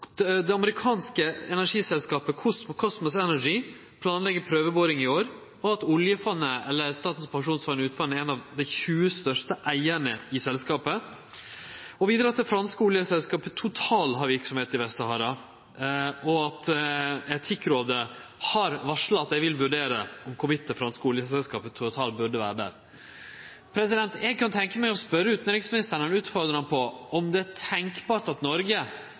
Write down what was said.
det amerikanske energiselskapet Kosmos Energy planlegg prøveboring i år, og at Statens pensjonsfond utland er ein av dei 20 største eigarane i selskapet. Vidare har det franske oljeselskapet Total verksemd i Vest-Sahara, og Etikkrådet har varsla at dei vil vurdere om det franske oljeselskapet Total burde vere der. Eg kan tenkje meg å spørje utanriksministeren om eller utfordre han på om det er tenkjeleg at Noreg